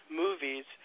movies